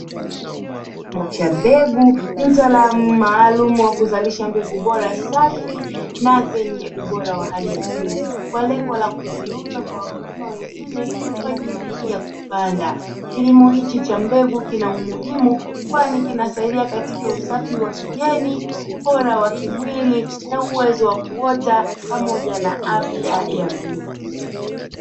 Kilimo cha mbegu ni utaalamu maalum wa kuzalisha mbegu bora, safi na zenye ubora wa hali ya juu; kwa lengo la kuziuza kwa wakulima wengine kwa ajili ya kupanda. Kilimo hichi cha mbegu kina umuhimu kwani kinasaidia katika usafi wa kigeni, ubora wa kimwili, na uwezo wa kuota, pamoja na afya ya mbegu.